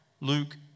Luke